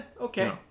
okay